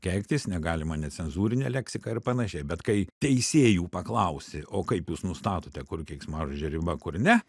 keiktis negalima necenzūrine leksika ir panašiai bet kai teisėjų paklausi o kaip jūs nustatote kur keiksmažodžio riba kur ne